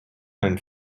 and